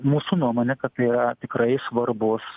mūsų nuomone kad yra tikrai svarbus